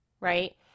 right